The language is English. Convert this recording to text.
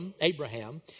Abraham